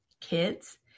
kids